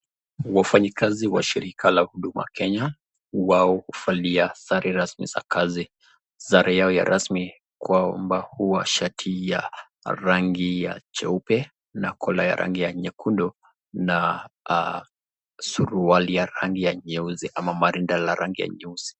Wafanyi kazi wa shirika la huduma Kenya. Wao huvalia sare rasmi za kazi. Sare yao ya rasmi kwao huwa shati ya rangi ya cheupe na kola ya rangi ya nyekundu na suruali ya rangi ya nyeusi ama marinda la rangi ya nyeusi.